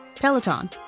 Peloton